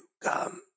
come